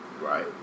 Right